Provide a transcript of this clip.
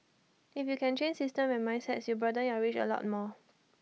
if you can change systems and mindsets you broaden your reach A lot more